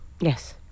Yes